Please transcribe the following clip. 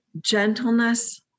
gentleness